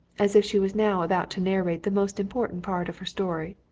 as if she was now about to narrate the most important part of her story.